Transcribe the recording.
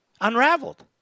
unraveled